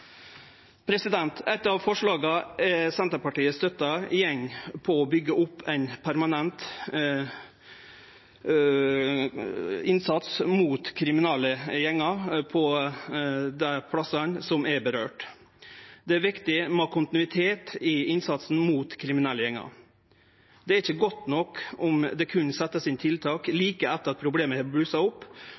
Eit av forslaga Senterpartiet støttar, går på å byggje opp ein permanent innsats mot kriminelle gjengar på dei plassane det gjeld. Det er viktig med kontinuitet i innsatsen mot kriminelle gjengar. Det er ikkje godt nok om det berre vert sett inn tiltak like etter at problemet har blussa opp,